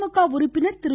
திமுக உறுப்பினர் திரு